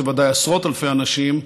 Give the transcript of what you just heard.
וזה ודאי עשרות אלפי אנשים,